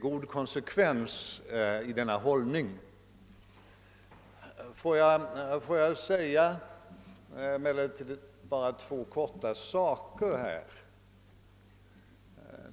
Låt mig endast beröra två frågor.